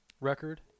record